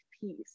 peace